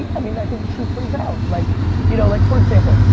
i mean, i think the truth plays out. like you know, like for example,